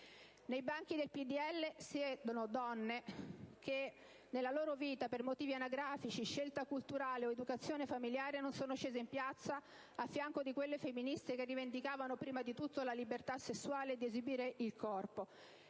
Nei banchi del PdL siedono donne che nella loro vita per motivi anagrafici, scelta culturale o educazione familiare non sono scese in piazza a fianco di quelle femministe che rivendicavano prima di tutto la libertà sessuale e di esibizione del corpo